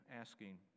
asking